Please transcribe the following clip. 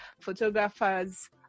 photographers